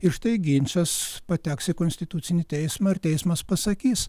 ir štai ginčas pateks į konstitucinį teismą ir teismas pasakys